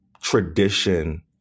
tradition